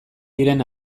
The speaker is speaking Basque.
diren